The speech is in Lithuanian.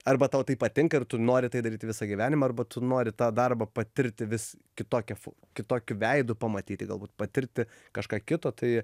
arba tau tai patinka ir tu nori tai daryti visą gyvenimą arba tu nori tą darbą patirti vis kitokia fu kitokiu veidu pamatyti galbūt patirti kažką kito tai